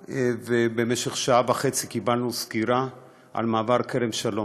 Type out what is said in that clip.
ובמשך שעה וחצי קיבלנו סקירה על מעבר כרם-שלום,